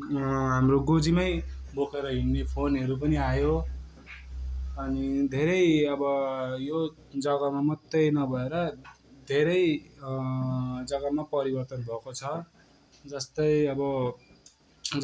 हाम्रो गोजीमै बोकेर हिड्ने फोनहरू पनि आयो अनि धेरै अब यो जग्गामा मात्रै नभएर धेरै जग्गामा परिवर्तन भएको छ जस्तै अब